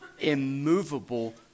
immovable